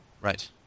Right